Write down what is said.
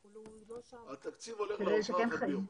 התקציב הולך לוועידת התביעות.